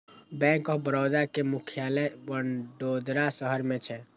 bank of Baroda के मुख्यालय वडोदरा शहर मे छै